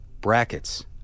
brackets